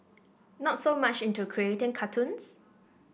not so much into creating cartoons